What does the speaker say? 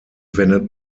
wendet